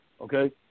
Okay